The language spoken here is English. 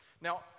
Now